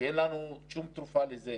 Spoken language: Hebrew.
שאין לנו שום תרופה לזה,